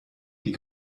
die